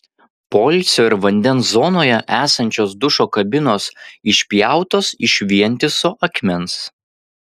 poilsio ir vandens zonoje esančios dušo kabinos išpjautos iš vientiso akmens